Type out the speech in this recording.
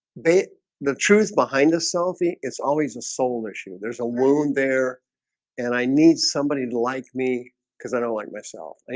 they the truth behind the selfie. it's always a soul issue there's a wound there and i need somebody to like me because i don't like myself.